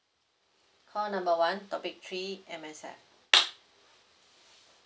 call number one topic three M_S_F